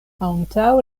antaŭ